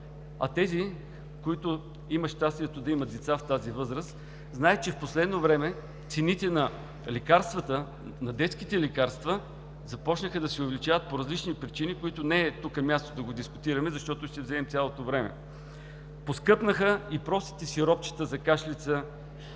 а тези, които имат щастието да имат деца в тази възраст, знаят, че в последно време цените на детските лекарства започнаха да се увеличават по различни причини, които не им е тук мястото да ги дискутираме, защото ще вземем цялото време. Поскъпнаха и простите сиропчета за кашлица,